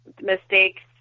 mistakes